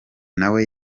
nawe